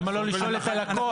למה לא לשאול את הלקוח?